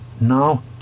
now